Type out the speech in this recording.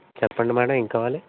చెప్పండి మ్యాడమ్ ఏం కావాలి